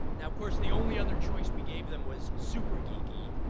now of course the only other choice we gave them was super geeky.